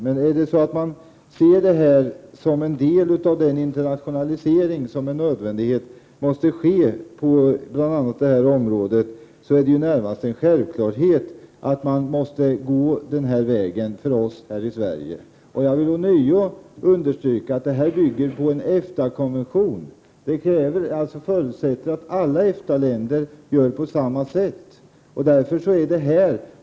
Men om man ser den som en del av den internationalisering som med nödvändighet måste ske på bl.a. detta område är det närmast en självklarhet att vi här i Sverige måste gå denna väg. Jag vill ånyo understryka att detta förslag bygger på en EFTA-konvention. Det förutsätter alltså att alla EFTA-länder gör på samma sätt.